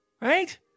right